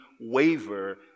waver